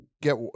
get